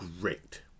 great